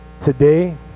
today